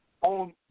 on